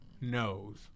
knows